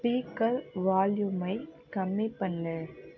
speaker வால்யூமை கம்மி பண்ணு